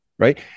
Right